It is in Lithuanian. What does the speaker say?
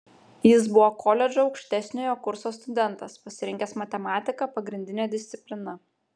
jis buvo koledžo aukštesniojo kurso studentas pasirinkęs matematiką pagrindine disciplina